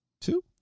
Two